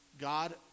God